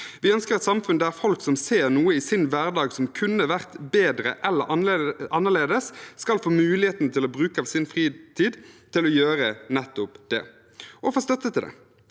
Vi ønsker et samfunn der folk som ser noe i sin hverdag som kunne vært bedre eller annerledes, skal få muligheten til å bruke av sin fritid til å gjøre nettopp det, og få støtte til det.